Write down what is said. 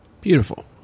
Beautiful